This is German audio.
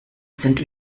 sind